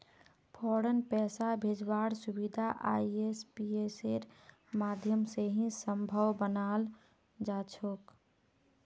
फौरन पैसा भेजवार सुबिधा आईएमपीएसेर माध्यम से ही सम्भब मनाल जातोक